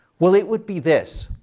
well, it would be this.